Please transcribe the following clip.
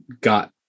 got